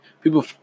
people